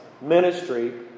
ministry